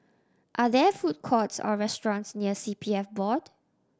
are there food courts or restaurants near C P F Board